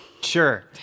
Sure